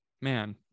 man